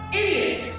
idiots